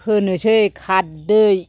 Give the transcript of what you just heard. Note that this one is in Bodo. होनोसै खारदै